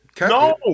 No